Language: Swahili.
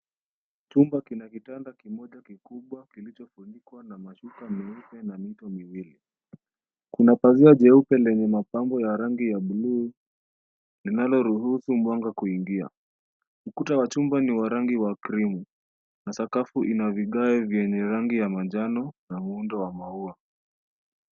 Chumba kina kitanda kimoja kikubwa kilichofunikwa na mashuka meupe na mito miwili. Kuna pazia jeupe lenye mapambo ya rangi ya buluu linaloruhusu mwanga kuingia. Ukuta wa chumba ni wa rangi wa krimu na sakafu ina vigae vyenye rangi ya manjano na muundo wa maua.